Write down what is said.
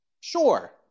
sure